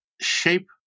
shape